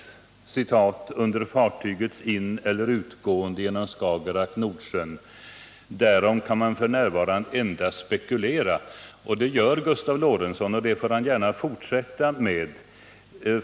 Jag sade: ”-—-— under fartygets ineller utgående genom Skagerack-Nordsjön, därom kan man f. n. endast spekulera.” Det gör Gustav Lorentzon, och det får han gärna fortsätta med.